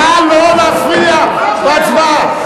נא לא להפריע בהצבעה.